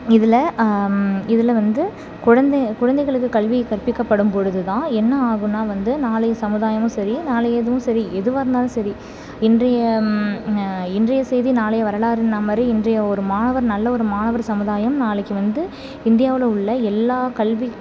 இதில் இதில் வந்து குழந்தையை குழந்தைகளுக்கு கல்வி கற்பிக்கப்படும்பொழுது தான் என்ன ஆகும்ன்னா வந்து நாளைய சமுதாயமும் சரி நாளை எதுவும் சரி எதுவாக இருந்தாலும் சரி இன்றைய இன்றைய செய்தி நாளைய வரலாறுன்னால் மாதிரி இன்றைய ஒரு மாணவர் நல்ல ஒரு மாணவர் சமுதாயம் நாளைக்கு வந்து இந்தியாவில் உள்ள எல்லா கல்வி